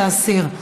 להסיר.